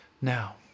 Now